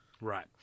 Right